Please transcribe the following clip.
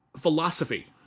Philosophy